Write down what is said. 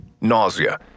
nausea